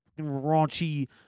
raunchy